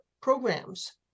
programs